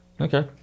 Okay